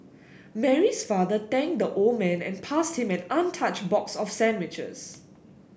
Mary's father thanked the old man and passed him an untouched box of sandwiches